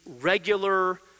regular